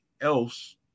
else